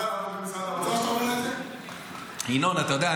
אתה יודע,